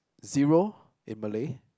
zero in Malay